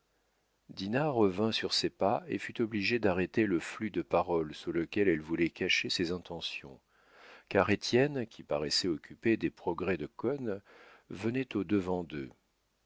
dinah revint sur ses pas et fut obligée d'arrêter le flux de paroles sous lequel elle voulait cacher ses intentions car étienne qui paraissait occupé des progrès de cosne venait au-devant d'eux